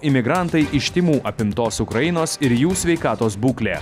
imigrantai iš tymų apimtos ukrainos ir jų sveikatos būklė